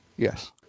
yes